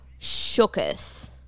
shooketh